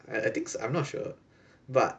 I think so I'm not sure but